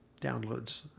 downloads